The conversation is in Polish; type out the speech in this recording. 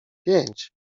pięć